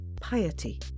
piety